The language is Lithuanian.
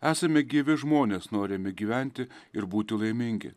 esame gyvi žmonės norime gyventi ir būti laimingi